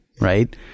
right